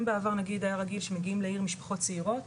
אם בעבר נגיד היה רגיל שמגיעים לעיר משפחות צעירות,